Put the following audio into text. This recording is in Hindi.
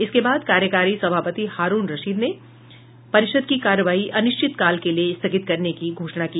इसके बाद कार्यकारी सभापति हारूण रशीद ने परिषद की कार्यवाही अनिश्चितकाल के लिए स्थगित करने की घोषणा की